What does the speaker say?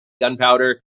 gunpowder